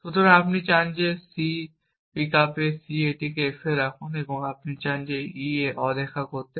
সুতরাং আপনি চান যে c f পিকআপে c এটিকে f এ রাখুন আপনি চান e অদেখা হতে